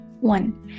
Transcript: One